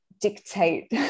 dictate